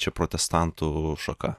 čia protestantų šaka